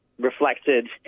reflected